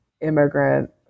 immigrant